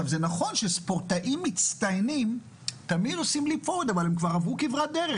זה נכון שספורטאים מצטיינים תמיד --- אבל הם כבר עברו כברת דרך.